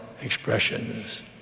expressions